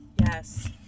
yes